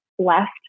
left